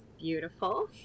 beautiful